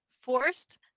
forced